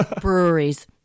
breweries